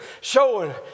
showing